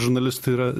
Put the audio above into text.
žurnalistai yra